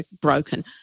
broken